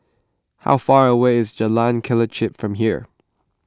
how far away is Jalan Kelichap from here